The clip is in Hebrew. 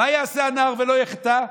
מה יעשה הנער ולא יחטא?